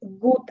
good